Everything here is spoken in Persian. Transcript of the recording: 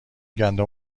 گندم